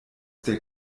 der